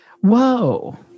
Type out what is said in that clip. Whoa